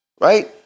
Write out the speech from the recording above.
Right